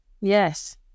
Yes